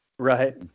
Right